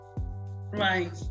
right